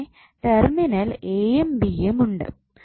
പിന്നെ terminal A യും B യും ഉണ്ട്